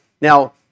Now